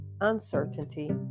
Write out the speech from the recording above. uncertainty